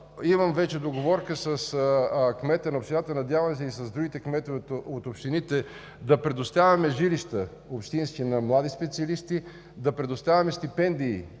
имам вече договорка с кмета на общината, надявам се и с другите кметове от общините, да предоставяме общински жилища на млади специалисти, да предоставяме стипендии.